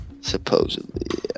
Supposedly